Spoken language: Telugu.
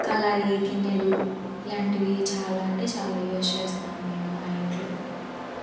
కళాయి గిన్నెలు ఇలాంటివి చాలా అంటే చాలా యూజ్ చేస్తాం మేము మా ఇంట్లో